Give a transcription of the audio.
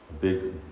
big